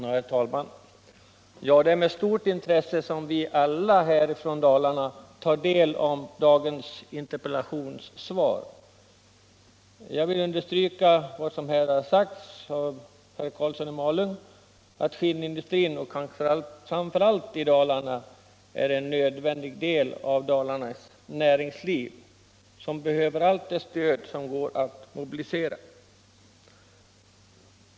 Herr talman! Det är med stort intresse som vi alla från Dalarna tar del av dagens interpellationssvar. Jag vill understryka vad som har sagts av herr Karlsson i Malung, nämligen att skinnindustrin, och kanske fram = Nr 27 för allt den, är en nödvändig del av Dalarnas näringsliv och behöver allt det stöd den kan få.